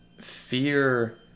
fear